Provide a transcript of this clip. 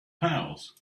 pals